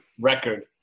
record